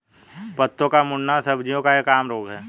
पत्तों का मुड़ना सब्जियों का एक आम रोग है